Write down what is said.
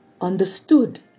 understood